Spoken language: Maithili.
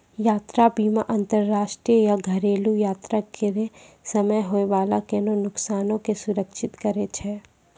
यात्रा बीमा अंतरराष्ट्रीय या घरेलु यात्रा करै समय होय बाला कोनो नुकसानो के सुरक्षित करै छै